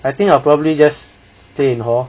I think I'll probably just stay in hall